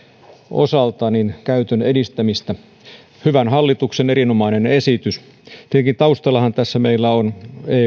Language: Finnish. osalta käytön edistäminen hyvän hallituksen erinomainen esitys tietenkin taustallahan tässä meillä ovat